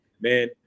Man